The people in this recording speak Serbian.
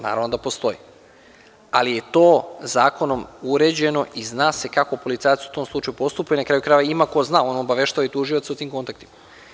Naravno da postoji, ali je to zakonom uređeno i zna se kako policajac u tom slučaju postupa i na kraju krajeva, ima ko zna, on obaveštava i tužioca u tim kontaktima.